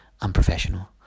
unprofessional